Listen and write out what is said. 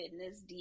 fitness